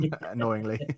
annoyingly